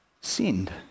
sinned